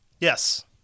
Yes